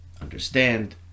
understand